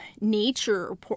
nature